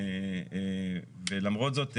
למרות זאת,